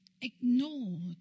ignored